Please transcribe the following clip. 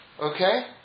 Okay